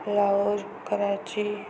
Lahore Karachi